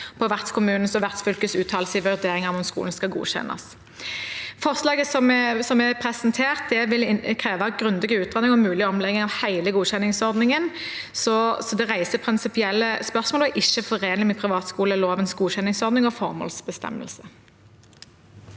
på vertskommunens og vertsfylkets uttalelse i vurderingen av om skolen skal godkjennes. Forslaget som er presentert, vil kreve grundige utredninger og mulig omlegging av hele godkjenningsordningen. Det reiser prinsipielle spørsmål og er ikke forenlig med privatskolelovens godkjenningsordning og formålsbestemmelse.